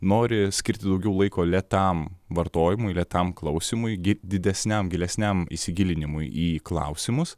nori skirti daugiau laiko lėtam vartojimui lėtam klausymui gi didesniam gilesniam įsigilinimui į klausimus